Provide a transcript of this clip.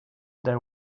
there